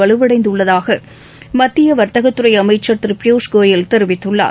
வலுவடைந்து உள்ளதாக மத்தியவர்த்தகத்துறை அமைச்சர் திரு பியூஸ் கோயல் தெரிவித்துள்ளார்